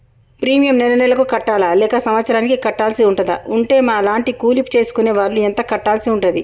Premium నెల నెలకు కట్టాలా లేక సంవత్సరానికి కట్టాల్సి ఉంటదా? ఉంటే మా లాంటి కూలి చేసుకునే వాళ్లు ఎంత కట్టాల్సి ఉంటది?